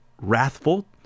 wrathful